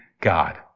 God